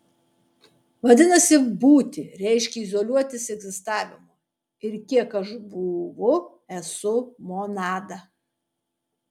vadinasi būti reiškia izoliuotis egzistavimu ir kiek aš būvu esu monada